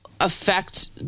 affect